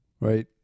right